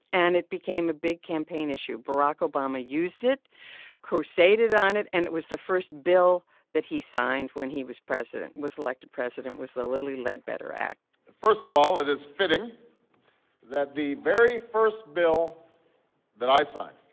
and it became a big campaign issue. barack obama used crusaded on it, and it was the first bill that he signed when he was president was elected president was the lilly ledbetter act first of all, it is fitting that the very first bill that i sign,